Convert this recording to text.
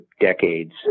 decades